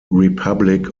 republic